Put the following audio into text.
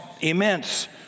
immense